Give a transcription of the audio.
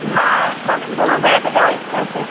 না কালিম্পংয়ে বেড়াতে যাওয়ার ইচ্ছা আছে